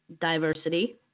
diversity